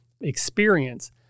experience